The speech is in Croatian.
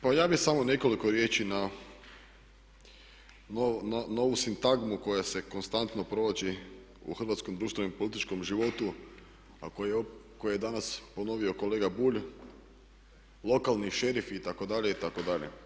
Pa ja bih samo nekoliko riječi na ovu sintagmu koja se konstantno provlači u hrvatskom društvenom i političkom životu, a koju je danas ponovio kolega Bulj lokalni šerifi itd. itd.